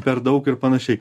per daug ir panašiai